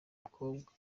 mukobwa